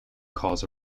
cause